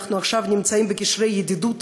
אנחנו עכשיו נמצאים בקשרי ידידות